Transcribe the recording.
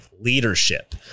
leadership